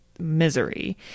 misery